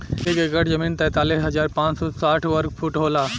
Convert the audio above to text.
एक एकड़ जमीन तैंतालीस हजार पांच सौ साठ वर्ग फुट होला